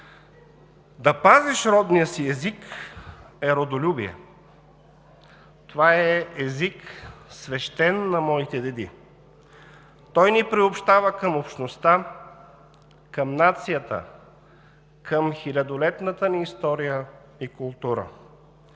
да пазиш родния си език е родолюбие. Това е език свещен на моите деди. Той ни приобщава към общността, към нацията, към хилядолетната ни история и култура.